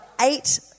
eight